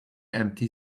empty